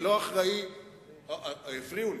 הפריעו לי.